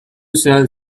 sell